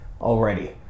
already